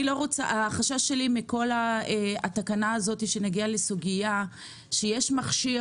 החשש שלי מכל התקנה הזאת שנגיע לסוגיה שיש מכשיר